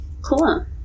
Cool